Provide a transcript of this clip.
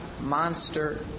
monster